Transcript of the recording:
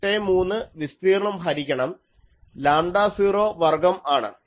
83 വിസ്തീർണ്ണം ഹരിക്കണം ലാംഡ 0 വർഗ്ഗം ആണ്